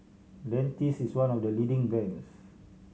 dentiste is one of the leading brands